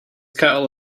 kettle